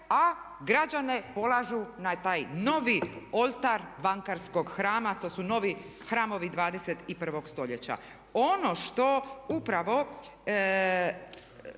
a građane polažu na taj novi oltar bankarskog hrama. To su novi hramovi 21. stoljeća. Ono što upravo